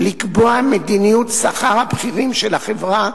לקבוע מדיניות שכר הבכירים של החברה